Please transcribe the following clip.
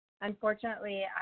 Unfortunately